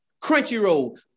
Crunchyroll